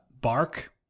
bark